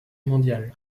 mondial